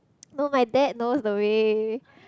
no my dad knows the way